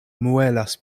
muelas